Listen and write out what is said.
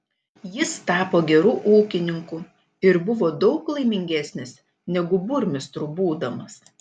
jis tapo geru ūkininku ir buvo daug laimingesnis negu burmistru būdamas